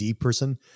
person